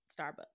starbucks